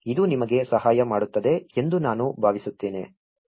ಇದು ನಿಮಗೆ ಸಹಾಯ ಮಾಡುತ್ತದೆ ಎಂದು ನಾನು ಭಾವಿಸುತ್ತೇನೆ